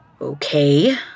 Okay